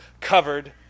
covered